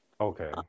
Okay